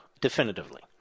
definitively